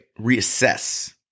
reassess